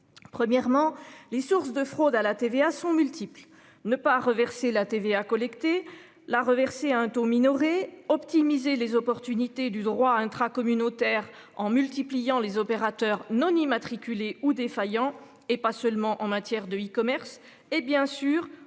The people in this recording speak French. Premièrement les sources de fraude à la TVA sont multiples et ne pas reverser la TVA collectée la reverser à un taux minoré optimiser les opportunités du droit intra-communautaire en multipliant les opérateurs non immatriculé ou défaillants et pas seulement en matière de E-commerce et bien sûr